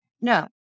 No